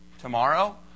tomorrow